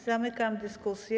Zamykam dyskusję.